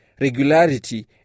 regularity